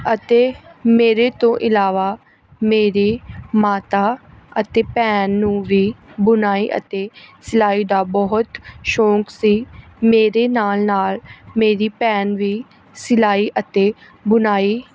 ਅਤੇ ਮੇਰੇ ਤੋਂ ਇਲਾਵਾ ਮੇਰੇ ਮਾਤਾ ਅਤੇ ਭੈਣ ਨੂੰ ਵੀ ਬੁਣਾਈ ਅਤੇ ਸਿਲਾਈ ਦਾ ਬਹੁਤ ਸ਼ੌਂਕ ਸੀ ਮੇਰੇ ਨਾਲ ਨਾਲ ਮੇਰੀ ਭੈਣ ਵੀ ਸਿਲਾਈ ਅਤੇ ਬੁਣਾਈ